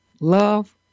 love